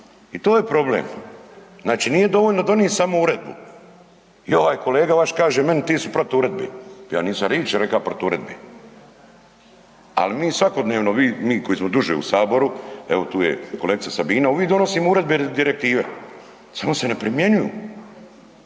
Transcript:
I to je problem. Znači nije dovoljno donit samo uredbu i ovaj kolega kaže vaš kaže meni ti si protiv uredbe. Ja nisam riči reka protiv uredbe. Ali mi svakodnevno, mi koji smo duže u Saboru evo tu je kolegica Sabina, uvije, donosimo uredbe i direktive, samo se ne primjenjuju